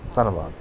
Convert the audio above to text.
ਧੰਨਵਾਦ